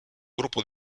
gruppo